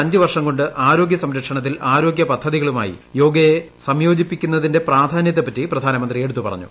അഞ്ച് വർഷംകൊണ്ട് ആരോഗ്യ സംരക്ഷണത്തിൽ കഴിഞ്ഞ ആരോഗ്യ പദ്ധതികളുമായി യോഗയെ സംയോജിപ്പിക്കുന്നതിന്റെ പ്രാധാന്യത്തെപ്പറ്റി പ്രധാനമന്ത്രി എടുത്തുപറഞ്ഞു